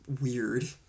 weird